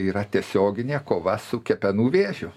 yra tiesioginė kova su kepenų vėžiu